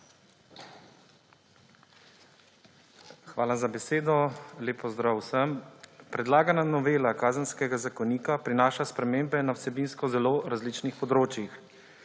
Hvala za besedo. Lep pozdrav vsem! Predlagana novela Kazenskega zakonika prinaša spremembe na vsebinsko zelo različnih področjih.